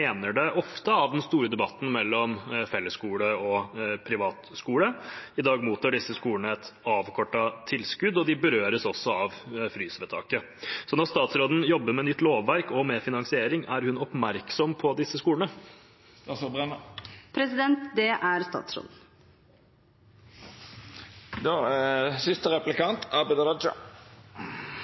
det, ofte av den store debatten om fellesskole og privat skole. I dag mottar disse skolene et avkortet tilskudd, og de berøres også av dette frysvedtaket. Når statsråden jobber med nytt lovverk og med finansiering, er hun oppmerksom på disse skolene? Det er